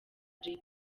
jay